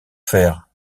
faire